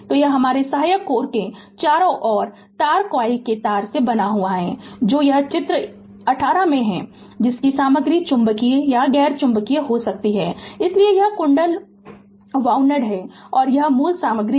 तो यह हमारे सहायक कोर के चारों ओर तार कोईल के तार से बना है जो यह चित्र है यह चित्र 18 में है जिसकी सामग्री चुंबकीय या गैर चुंबकीय हो सकती है इसलिए यह कुंडल वाउनड है और यह मूल सामग्री है